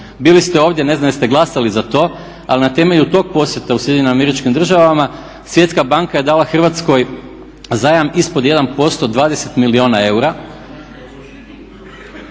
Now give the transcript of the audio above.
Bili ste ovdje, ne znam jeste glasali za to ali na temelju tog posjeta u Sjedinjenim Američkim Državama Svjetska banka je dala Hrvatskoj zajam ispod 1% 20 milijuna eura.